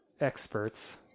experts